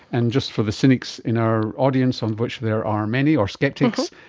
and just for the cynics in our audience, um of which there are many, or sceptics,